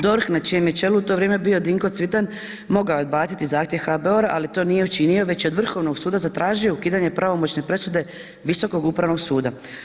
DORH, na čijem je čelu u to vrijeme bio Dinko Cvitan mogao je odbaciti zahtjev HBOR-a ali to nije učinio već je od Vrhovnog suda zatražio ukidanje pravomoćne presude Visokog upravnog suda.